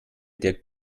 der